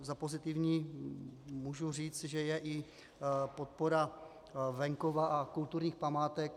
Za pozitivní můžu říct, že je i podpora venkova a kulturních památek.